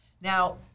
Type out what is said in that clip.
Now